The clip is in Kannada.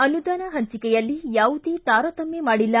ಅನುದಾನ ಹಂಚಕೆಯಲ್ಲಿ ಯಾವುದೇ ತಾರತಮ್ಯ ಮಾಡಿಲ್ಲ